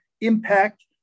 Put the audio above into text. impact